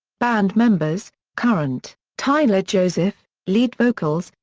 band members current tyler joseph lead vocals,